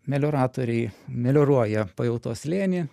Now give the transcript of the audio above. melioratoriai melioruoja pajautos slėnį